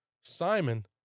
Simon